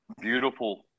beautiful